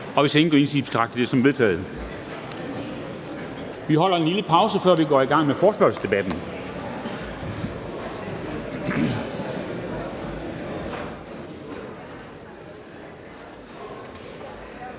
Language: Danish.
jeg det som vedtaget. Det er vedtaget. Vi holder en lille pause, før vi går i gang med forespørgselsdebatten.